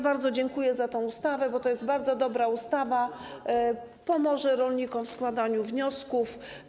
Bardzo dziękuję za tę ustawę, bo to jest bardzo dobra ustawa, która pomoże rolnikom w składaniu wniosków.